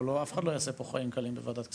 אף אחד לא יעשה פה חיים קלים בוועדת כספים.